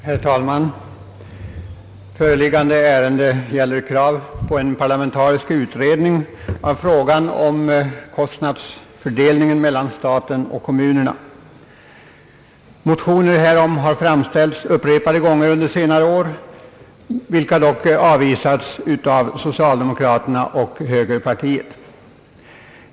Herr talman! Föreliggande ärende gäller krav på en parlamentarisk utredning av frågan om kostnadsfördelningen mellan staten och kommunerna. Motioner härom har framställts upprepade gånger under senare år men de har avvisats av socialdemokraterna och högern.